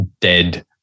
dead